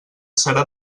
serà